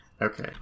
Okay